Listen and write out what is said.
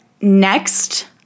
next